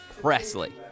Presley